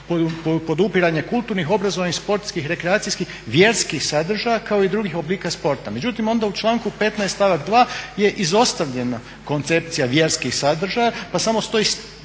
podupiranje kulturnih, obrazovnih, sportskih, rekreacijskih, vjerskih sadržaja kao i drugih oblika sporta." Međutim, onda u članku 15.stavak 2.je izostavljena koncepcija vjerski sadržaja pa samo stoji